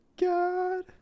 God